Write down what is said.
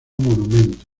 monumento